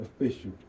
official